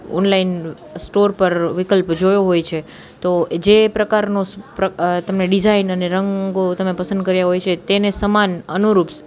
online store પર વિકલ્પ જોયો હોય છે તો જે એ પ્રકારનો પ્ર તમે ડિઝાઇન અને રંગો તમે પસંદ કર્યા હોય છે તેને સમાન અનુરૂપ